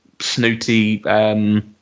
snooty